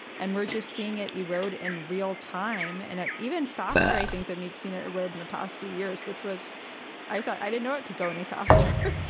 and we're just seeing it erode in real time and even faster, i think, than we've seen it erode in the past few years, which was i thought i didn't know it could go any faster.